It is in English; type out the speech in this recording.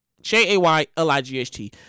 J-A-Y-L-I-G-H-T